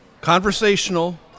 conversational